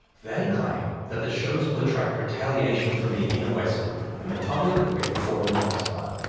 they claim that the shows will attract retaliation from the inner west group and the public will get caught in the crossfire.